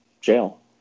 jail